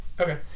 Okay